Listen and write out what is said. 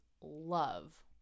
love